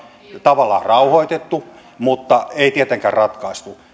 tavallaan rauhoitettu mutta ei tietenkään ratkaistu